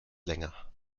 länger